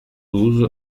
douze